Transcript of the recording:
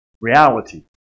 reality